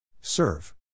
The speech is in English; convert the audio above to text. Serve